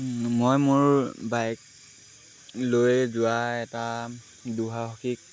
মই মোৰ বাইক লৈ যোৱা এটা দুঃসাহসীক